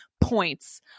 points